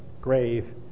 grave